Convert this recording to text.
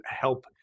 help